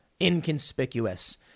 inconspicuous